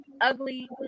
ugly